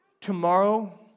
Tomorrow